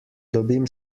dobim